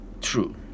true